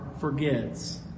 forgets